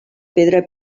pedra